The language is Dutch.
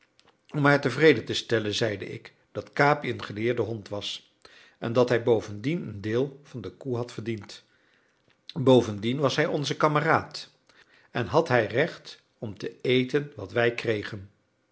haar tevreden te stellen zeide ik dat capi een geleerde hond was en dat hij bovendien een deel van de koe had verdiend bovendien was hij onze kameraad en had hij recht om te eten wat wij kregen